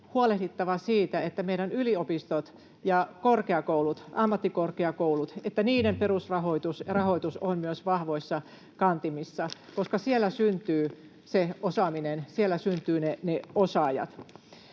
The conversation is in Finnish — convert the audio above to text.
huolehdittava siitä, että myös meidän yliopistojen ja ammattikorkeakoulujen perusrahoitus on vahvoissa kantimissa, koska siellä syntyy se osaaminen, siellä syntyvät ne osaajat.